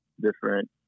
Different